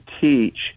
teach